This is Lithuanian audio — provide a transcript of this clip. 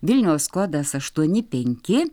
vilniaus kodas aštuoni penki